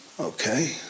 Okay